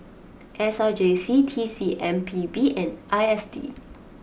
S R J C T C M P B and I S D